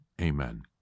Amen